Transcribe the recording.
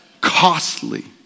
costly